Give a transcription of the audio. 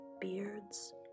beards